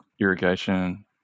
irrigation